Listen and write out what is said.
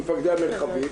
מפקדי המרחבים,